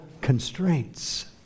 constraints